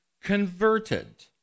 converted